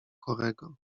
chorego